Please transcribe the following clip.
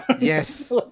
Yes